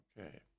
Okay